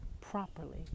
properly